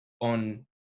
on